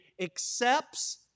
accepts